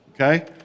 okay